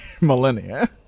millennia